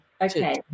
Okay